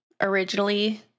originally